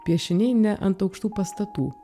piešiniai ne ant aukštų pastatų